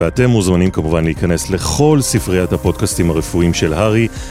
ואתם מוזמנים כמובן להיכנס לכל ספריית הפודקאסטים הרפואיים של הרי.